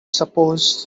suppose